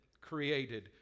created